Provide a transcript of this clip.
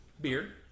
beer